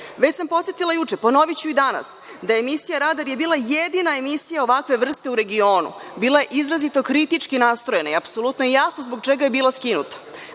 sam podsetila juče, a ponoviću i danas da je emisija „Radar“ bila jedina emisija ovakve vrste u regionu, bila je izuzetno kritički nastrojena i apsolutno je jasno zbog čega je bila skinuta. Dakle,